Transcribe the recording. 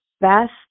best